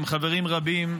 עם חברים רבים,